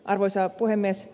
arvoisa puhemies